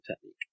technique